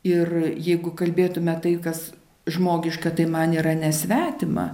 ir jeigu kalbėtume tai kas žmogiška tai man yra nesvetima